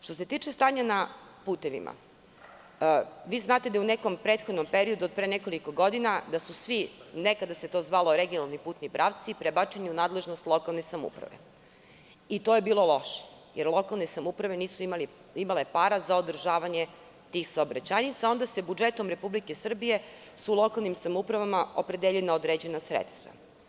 Što se tiče stanja na putevima, znate da je u nekom prethodnom periodu, od pre nekoliko godina, nekada su se zvali regionalni putni pravci, prebačeni su u nadležnost lokalne samouprave i to je bilo loše, jer lokalne samouprave nisu imale para za održavanje tih saobraćajnica, a onda su budžetom Republike Srbije lokalnim samouprava opredeljena određena sredstva.